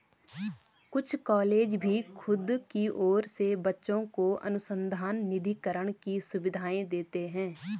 कुछ कॉलेज भी खुद की ओर से बच्चों को अनुसंधान निधिकरण की सुविधाएं देते हैं